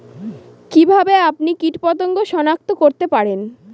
কিভাবে আপনি কীটপতঙ্গ সনাক্ত করতে পারেন?